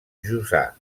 jussà